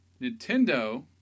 Nintendo